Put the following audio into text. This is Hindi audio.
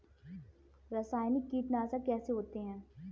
रासायनिक कीटनाशक कैसे होते हैं?